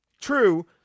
true